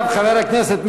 חבר הכנסת כבל, נא להמשיך.